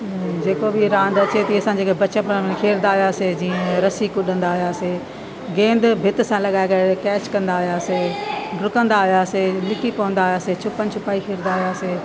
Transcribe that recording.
जेको बि रांदि अचे थी असां जेके बचपण में खेॾंदा हुयासीं जीअं रस्सी कुॾंदा हुयासीं गेंद भिति सां लॻाए करे कैच कंदा हुयासीं ॾुकंदा हुयासीं लिकी पवंदा हुयासीं छुपन छुपाई खेॾंदा हुयासीं